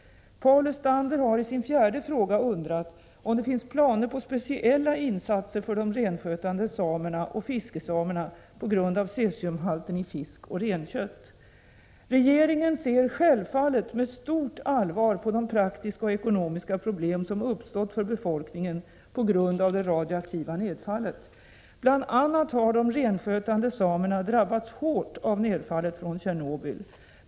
Paul Lestander har i sin fjärde fråga undrat om det finns planer på speciella insatser för de renskötande samerna och fiskesamerna på grund av cesiumhalten i fisk och renkött. Regeringen ser självfallet med stort allvar på de praktiska och ekonomiska problem som uppstått för befolkningen på grund av det radioaktiva nedfallet. Bl. a. har de renskötande samerna drabbats hårt av nedfallet från Tjernobyl.